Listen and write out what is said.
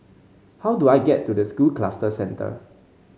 how do I get to the School Cluster Centre